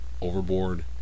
overboard